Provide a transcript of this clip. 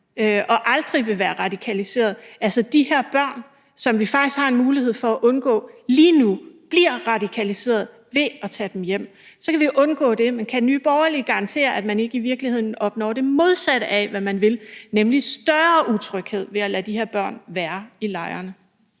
og aldrig vil være radikaliserede? Altså, de her børn har vi faktisk lige nu en mulighed for at undgå bliver radikaliseret ved at tage dem hjem; så kan vi undgå det. Men kan Nye Borgerlige garantere, at man ikke i virkeligheden opnår det modsatte af, hvad man vil, nemlig større utryghed, ved at lade de her børn være i lejrene?